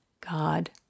God